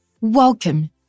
Welcome